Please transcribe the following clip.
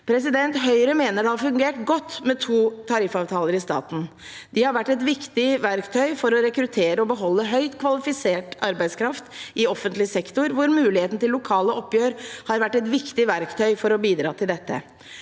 Akademikerne. Høyre mener det har fungert godt med to tariffavtaler i staten. Det har vært et viktig verktøy for å rekruttere og beholde høyt kvalifisert arbeidskraft i offentlig sektor, og muligheten til lokale oppgjør har vært et viktig verktøy for å bidra til dette.